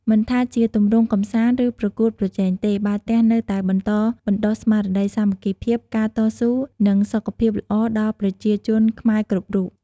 មិនថាជាទម្រង់កម្សាន្ត ឬប្រកួតប្រជែងទេ បាល់ទះនៅតែបន្តបណ្ដុះស្មារតីសាមគ្គីភាព ការតស៊ូ និងសុខភាពល្អដល់ប្រជាជនខ្មែរគ្រប់រូប។